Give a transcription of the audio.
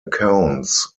accounts